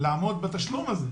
לעמוד בתשלום הזה,